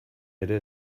ere